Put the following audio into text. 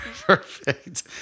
Perfect